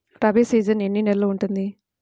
Rabi season ఎన్ని నెలలు ఉంటుంది?